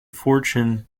fortune